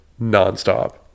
nonstop